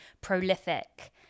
prolific